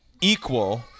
equal